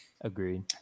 Agreed